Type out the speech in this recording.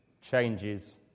changes